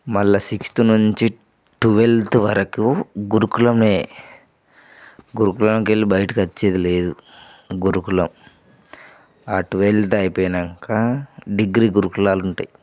మళ్ళీ సిక్స్త్ నుంచి ట్వెల్వ్త్ వరకు గురుకులమే గురుకులంకెళ్ళి బయటకొచ్చేది లేదు గురుకులం ట్వెల్వ్త్ అయిపోయినాక డిగ్రీ గురుకులాలుంటాయి